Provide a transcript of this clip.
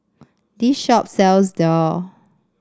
this shop sells daal